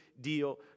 deal